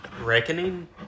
reckoning